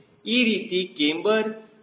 ಈ ರೀತಿ ಕ್ಯಾಮ್ಬರ್ ಕಾರ್ಯನಿರ್ವಹಿಸುತ್ತದೆ